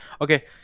Okay